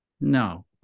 No